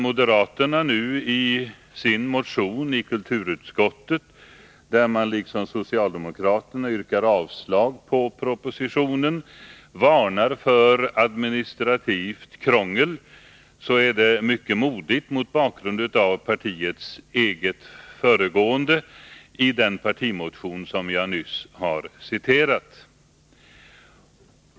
Moderaterna, som liksom socialdemokraterna yrkar avslag på propositionen, varnar i sin nu aktuella motion för administrativt krångel, och mot bakgrund av partiets eget ställningstagande tidigare, i den partimotion som jag nyss refererade, är det mycket modigt gjort.